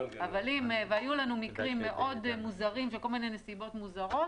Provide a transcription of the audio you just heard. היו לנו מקרים מוזרים מאוד וכל מיני נסיבות מוזרות